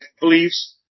believes